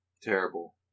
terrible